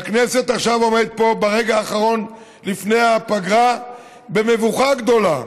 והכנסת עכשיו עומדת פה ברגע האחרון לפני הפגרה במבוכה גדולה.